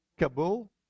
Kabul